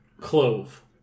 clove